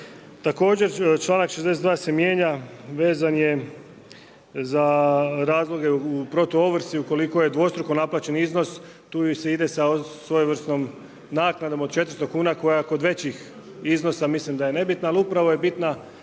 Također članak 62. se mijenja, vezan je za razloge u protuovrsi ukoliko je dvostruko naplaćen iznos, tu se ide sa svojevrsnom naknadom od 400 kuna koja kod većih iznosa mislim da je nebitna, ali upravo je bitna